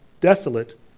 desolate